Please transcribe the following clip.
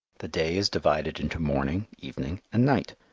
the day is divided into morning, evening, and night.